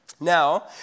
Now